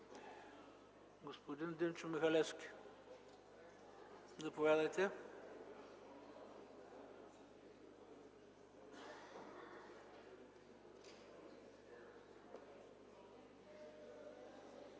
Господин Димчо Михалевски, заповядайте.